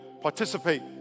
participate